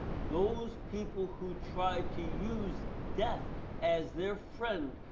those people who try to use death as their friend,